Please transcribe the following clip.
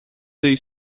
dei